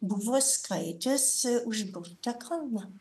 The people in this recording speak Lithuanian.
buvo skaitęs užburtą kalną